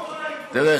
תראה,